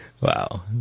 Wow